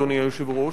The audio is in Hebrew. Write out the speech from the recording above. אדוני היושב-ראש,